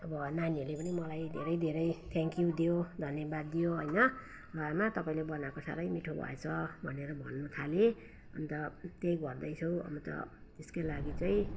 अब नानीहरूले पनि मलाई धेरै धेरै थ्याङ्क्यु दियो धन्यवाद दियो होइन मा तपाईँले बनाएको साह्रै मिठो भएछ भनेर भन्न थाले अन्त त्यही भन्दैछु अन्त त्यसकै लागि चाहिँ